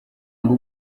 ngo